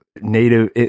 native